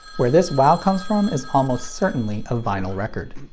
where this wow comes from is almost certainly a vinyl record.